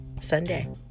Sunday